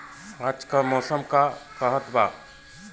आज क मौसम का कहत बा?